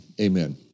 amen